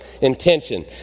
intention